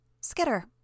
Skitter